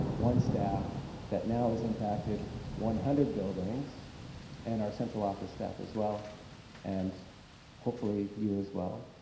one staff that now is impacted one hundred buildings and our central office staff as well and hopefully you as well.